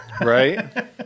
Right